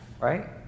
right